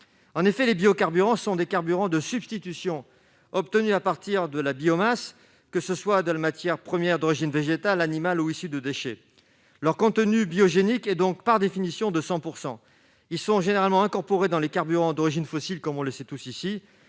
En effet, les biocarburants sont des carburants de substitution obtenus à partir de la biomasse, qu'il s'agisse de matière première d'origine végétale, animale ou issue de déchets. Leur contenu biogénique est donc, par définition, de 100 %. Ils sont généralement incorporés dans les carburants d'origine fossile ; nous le savons tous.